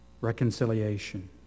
reconciliation